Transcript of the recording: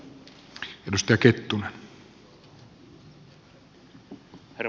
herra puhemies